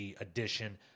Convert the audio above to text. edition